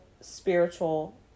spiritual